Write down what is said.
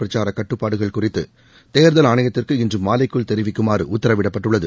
பிரச்சார கட்டுப்பாடுகள் குறித்து தேர்தல் ஆணையத்திற்கு இன்று மாலைக்குள் தெரவிக்குமாறு உத்தரவிடப்பட்டுள்ளது